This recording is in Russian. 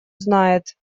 знает